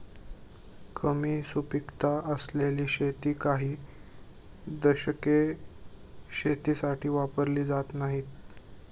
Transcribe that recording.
कमी सुपीकता असलेली शेती काही दशके शेतीसाठी वापरली जात नाहीत